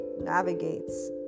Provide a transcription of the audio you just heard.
navigates